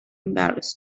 embarrassed